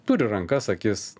turi rankas akis